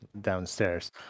downstairs